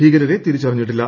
ഭീകരരെ തിരിച്ചറിഞ്ഞിട്ടില്ല